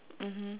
mmhmm